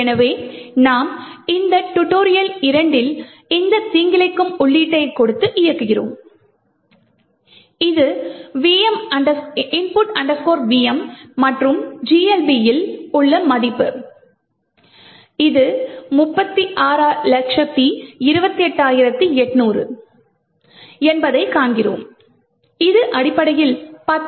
எனவே நாம் இந்த tut2 வில் இந்த தீங்கிழைக்கும் உள்ளீட்டைக் கொடுத்து இயக்குகிறோம் இது input vm மற்றும் GLB இல் உள்ள மதிப்பு 3628800 என்பதைக் காண்கிறோம் இது அடிப்படையில் 10